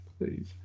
please